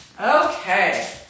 Okay